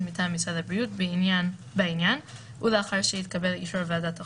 מטעם משרד הבריאות בעניין [ולאחר שהתקבל אישור ועדת החוקה,